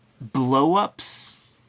blow-ups